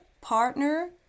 partner